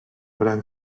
gran